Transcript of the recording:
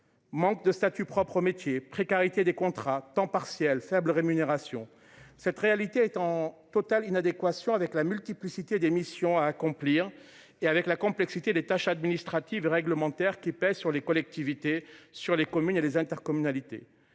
Manque de statut propres métier précarité des contrats à temps partiel faible rémunération, cette réalité est en totale inadéquation avec la multiplicité des missions à accomplir et avec la complexité des tâches administratives réglementaires qui pèsent sur les collectivités sur les communes et les intercommunalités.